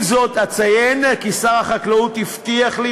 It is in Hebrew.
עם זאת אציין כי שר החקלאות הבטיח לי